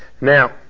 now